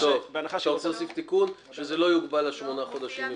אתה רוצה להוסיף תיקון שזה לא יוגבל לשמונה חודשים.